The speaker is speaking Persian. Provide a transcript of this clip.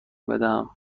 بدهم